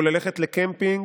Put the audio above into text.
או ללכת לקמפינג,